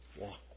walk